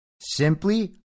simply